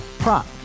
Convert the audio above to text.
Prop